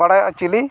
ᱵᱟᱲᱟᱭᱚᱜᱼᱟ ᱪᱤᱞᱤ